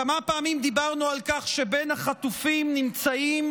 כמה פעמים דיברנו על כך שבין החטופים נמצאים